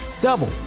double